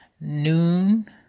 noon